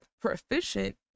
proficient